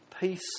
Peace